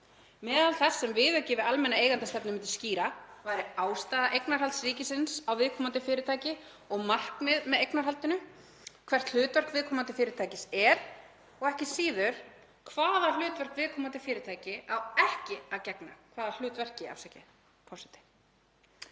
Meðal þess sem viðauki við almenna eigendastefnu myndi skýra væri ástæða eignarhalds ríkisins á viðkomandi fyrirtæki og markmið með eignarhaldinu, hvert hlutverk viðkomandi fyrirtækis er og ekki síður hvaða hlutverki viðkomandi fyrirtæki á ekki að gegna. Á meðan það er ekki